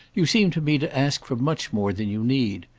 you seem to me to ask for much more than you need.